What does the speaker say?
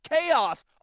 chaos